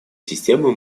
системы